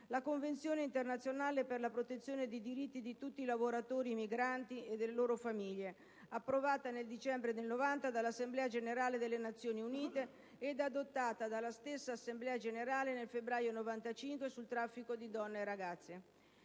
la Convenzione internazionale per la protezione dei diritti di tutti i lavoratori migranti e delle loro famiglie, approvata nel dicembre del 1990 dall'Assemblea generale delle Nazioni Unite e adottata dalla stessa Assemblea generale nel febbraio 1995, sul traffico di donne e di ragazze.